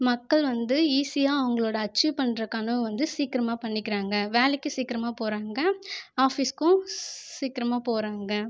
மக்கள் வந்து ஈசியாக அவங்களோட அச்சீவ் பண்ணுற கனவு வந்து சீக்கிரமா பண்ணிக்கிறாங்க வேலைக்கும் சீக்கிரமா போகிறாங்க ஆஃபீஸுகும் சீக்கிரமா போகிறாங்க